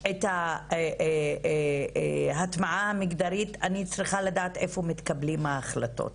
את ההטמעה המגדרית אני צריכה לדעת איפה מתקבלות ההחלטות